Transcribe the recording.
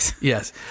yes